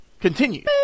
continue